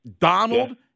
Donald